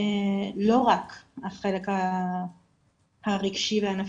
לא רק החלק הרגשי והנפשי.